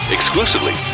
Exclusively